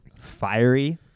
fiery